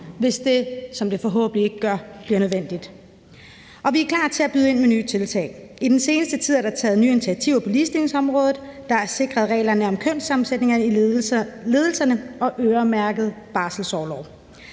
hvis det, hvad det forhåbentlig ikke gør, bliver nødvendigt. Vi er klar til at byde ind med nye tiltag. I den seneste tid er der taget nye initiativer på ligestillingsområdet. Der er sikret regler om kønssammensætningen i ledelser og øremærket barselsorlov.